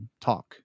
talk